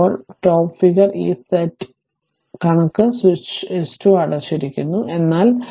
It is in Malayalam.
ഇപ്പോൾ ടോപ്പ് ഫിഗർ ഈ സെറ്റ് കണക്ക് സ്വിച്ച് എസ് 2 അടച്ചിരിക്കുന്നു എന്നതാണ്